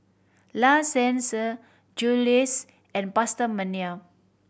La Senza Julie's and PastaMania